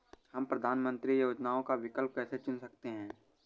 हम प्रधानमंत्री योजनाओं का विकल्प कैसे चुन सकते हैं?